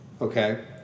Okay